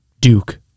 Duke